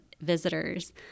visitors